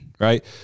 right